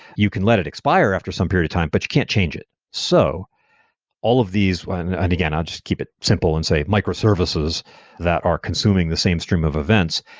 you can let it expire after some period of time, but you can't change it. so all of these and again, i'll just keep it simple and say microservices that are consuming the same stream of events.